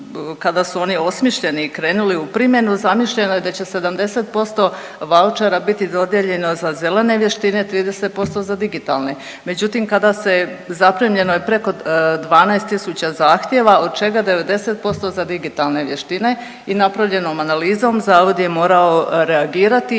kada su oni osmišljeni i krenuli u primjenu, zamišljeno je da će 70% vaučera biti dodijeljeno za zelene vještine, 30% za digitalne. Međutim, kada se, zaprimljeno je preko 12 tisuća zahtjeva, od čega 90% za digitalne vještine i napravljenom analizom, Zavod je morao reagirati